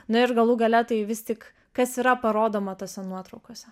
na ir galų gale tai vis tik kas yra parodoma tose nuotraukose